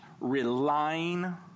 relying